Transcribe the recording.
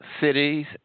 cities